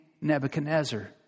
Nebuchadnezzar